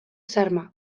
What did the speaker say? xarma